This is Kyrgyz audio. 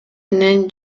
менен